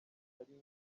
atari